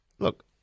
Look